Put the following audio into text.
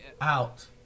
out